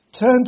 Turn